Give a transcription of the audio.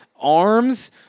arms